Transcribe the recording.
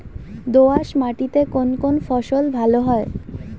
দোঁয়াশ মাটিতে কোন কোন ফসল ভালো হয়?